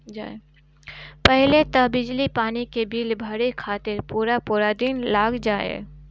पहिले तअ बिजली पानी के बिल भरे खातिर पूरा पूरा दिन लाग जाए